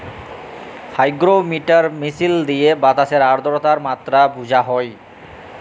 hygrometer machine দিঁয়ে বাতাসের আদ্রতার মাত্রা বুঝা হ্যয়